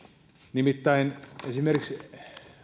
nimittäin esimerkiksi